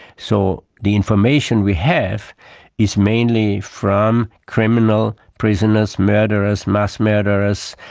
so the information we have is mainly from criminal prisoners, murderers, mass murderers,